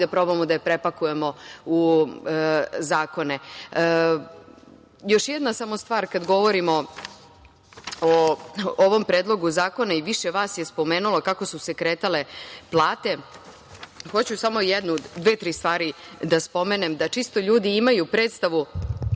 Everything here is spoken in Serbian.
i probamo da je prepakujemo u zakone. Još samo jedna stvar, kada govorimo o ovom Predlogu zakona i više vas je spomenulo kako su se kretale plate. Hoću samo dve, tri stvari da spomenem, da čisto ljudi imaju predstavu. Mi